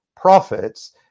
profits